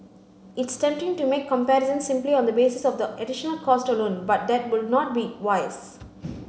it's tempting to make comparisons simply on the basis of the additional cost alone but that would not be wise